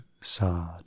sad